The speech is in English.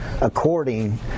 according